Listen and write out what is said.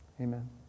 Amen